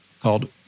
called